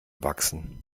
wachsen